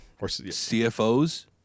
CFOs